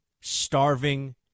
starving